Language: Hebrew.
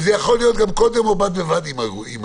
זה יכול להיות גם קודם או בד בבד עם הערעורים.